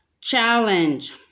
Challenge